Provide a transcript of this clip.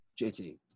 JT